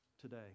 today